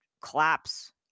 collapse